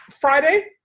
Friday